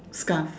scarf